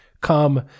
come